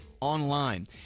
online